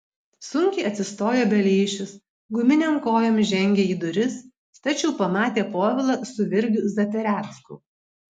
sunkiai atsistojo beleišis guminėm kojom žengė į duris tačiau pamatė povilą su virgiu zaperecku